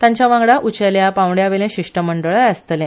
तांच्या वांगडा उंचेल्या पांवड्यावेले शिश्टमंडळय आसतले